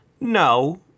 No